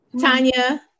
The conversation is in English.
Tanya